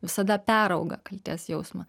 visada perauga kaltės jausmą